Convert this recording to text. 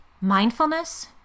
mindfulness